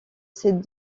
ses